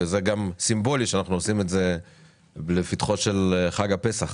וזה גם סימבולי שאנחנו עושים את זה בפתחו של חג הפסח.